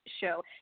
show